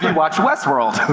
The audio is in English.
watched westworld?